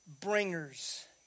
bringers